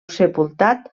sepultat